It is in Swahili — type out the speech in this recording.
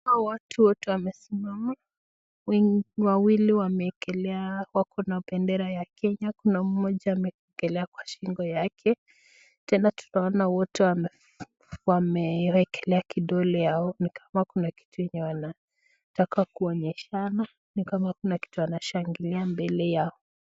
Hawa watu wote wamesimama, wawili wako na bendeara ya Kenya, kuna mmoja ameekelea kwa shingo yake , tena tunaona wote wameekelewa vidole yao ni kama kuna kitu yenye wanataka kuonyeshana , ni kama kuna kitu wanashangilia mbele yao.